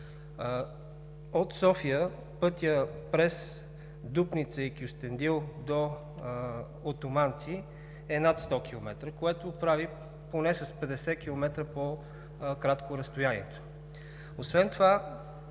От София пътят през Дупница и Кюстендил до Отоманци е над 100 км, което прави поне с 50 км по-кратко разстоянието. Освен това